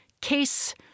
case